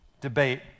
debate